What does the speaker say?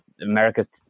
America's